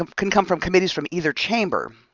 um can come from committees from either chamber,